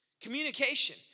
Communication